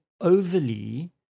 overly